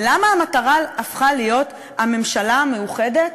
למה המטרה הפכה להיות הממשלה המאוחדת?